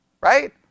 right